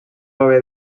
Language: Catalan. haver